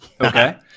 Okay